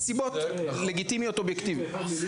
הסיבות לגיטימיות אובייקטיביות.